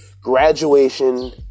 graduation